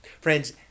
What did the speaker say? Friends